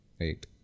Right